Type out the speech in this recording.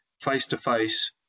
face-to-face